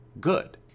good